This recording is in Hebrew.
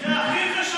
זה הכי חשוב, אתה אומר.